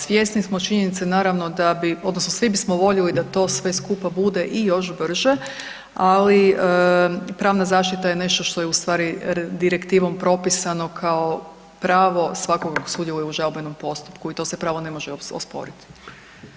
Svjesni smo činjenice naravno da bi odnosno svi bismo voljeli da to sve skupa bude i još brže, ali pravna zaštita je nešto što je direktivom propisano kao pravo svakog tko sudjeluje u žalbenom postupku i to se pravo ne može osporiti.